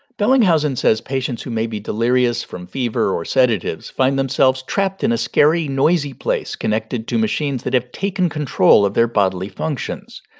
bellinghausen says patients who may be delirious from fever or sedatives find themselves trapped in a scary, noisy place, connected to machines that have taken control of their bodily functions.